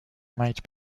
might